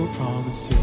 problems.